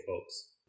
folks